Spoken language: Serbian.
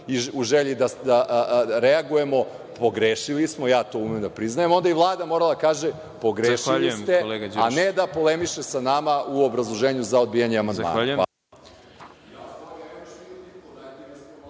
u želji da reagujemo, pogrešili smo, ja to umem da priznam, onda je i Vlada morala da kaže – pogrešili ste, a ne da polemiše sa nama u obrazloženju za odbijanje amandmana.